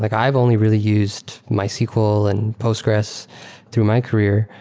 like i've only really used mysql and postgres through my career.